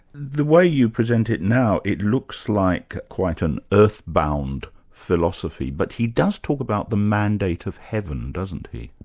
the way you present it now, it looks like quite an earthbound philosophy, but he does talk about the mandate of heaven, doesn't he?